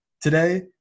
today